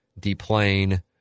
deplane